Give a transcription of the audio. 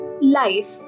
Life